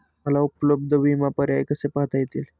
मला उपलब्ध विमा पर्याय कसे पाहता येतील?